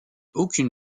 aucune